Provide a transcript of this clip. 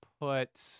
put